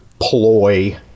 ploy